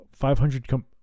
500